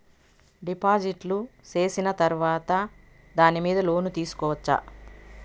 డిపాజిట్లు సేసిన తర్వాత దాని మీద లోను తీసుకోవచ్చా?